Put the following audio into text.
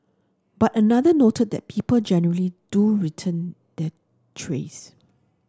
but another noted that people generally do return their trays